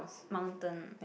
mountain